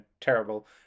terrible